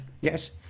Yes